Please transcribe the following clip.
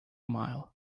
mile